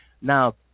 Now